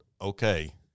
okay